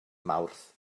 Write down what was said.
mawrth